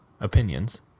opinions